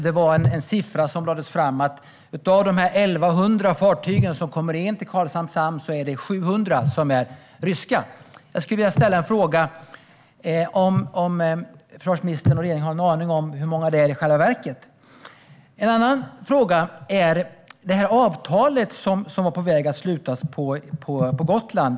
Det sas att av de 1 100 fartygen som kommer in till Karlshamns hamn är 700 ryska. Har försvarsministern och regeringen någon aning om hur många det är i själva verket? Jag har en annan fråga. Den gäller avtalet som var på väg att slutas på Gotland.